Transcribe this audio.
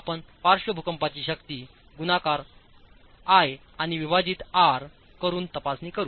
आपण पार्श्व भूकंपाची शक्ती गुणाकारIआणि विभाजित आर करून तपासणी करू